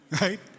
right